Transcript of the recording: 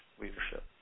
leadership